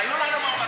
היו לנו מועמדות.